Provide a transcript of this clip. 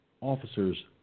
officers